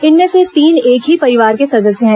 इनमें से तीन एक ही परिवार के सदस्य हैं